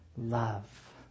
love